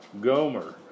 Gomer